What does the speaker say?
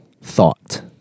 thought